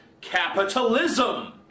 capitalism